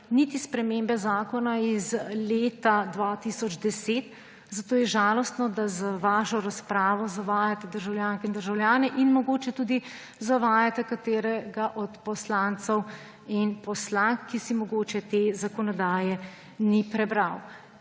niti spremembe zakona iz leta 2010. Zato je žalostno, da z vašo razpravo zavajate državljanke in državljane in mogoče tudi zavajate katerega od poslancev in poslank, ki si mogoče te zakonodaje ni prebral.